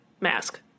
mask